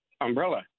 umbrella